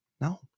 No